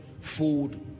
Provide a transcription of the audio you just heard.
food